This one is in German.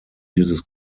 dieses